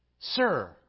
Sir